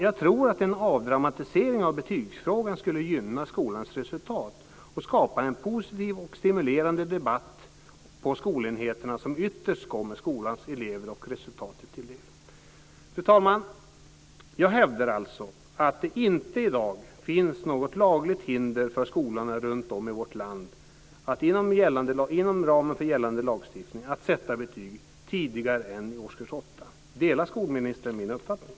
Jag tror att en avdramatisering av betygsfrågan skulle gynna skolans resultat och skapa en positiv och stimulerande debatt på skolenheterna, som ytterst kommer skolans elever och resultatet till del. Fru talman! Jag hävdar alltså att det inte i dag finns något lagligt hinder för skolorna runtom i vårt land att inom ramen för gällande lagstiftning sätta betyg tidigare än i årskurs 8. Delar skolministern min uppfattning?